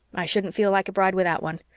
i shouldn't feel like a bride without one.